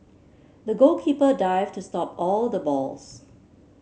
the goalkeeper dived to stop all the balls